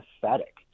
pathetic